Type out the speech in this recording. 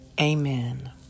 Amen